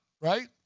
right